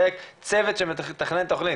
צוות שמתכנן תוכנית,